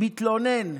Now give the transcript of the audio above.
מתלונן,